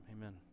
Amen